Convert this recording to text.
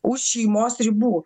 už šeimos ribų